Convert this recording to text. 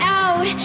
out